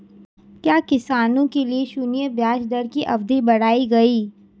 क्या किसानों के लिए शून्य ब्याज दर की अवधि बढ़ाई गई?